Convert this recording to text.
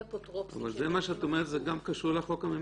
אפוטרופוסים -- אבל מה שאת אומרת גם קשור לחוק הממשלתי,